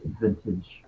vintage